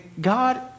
God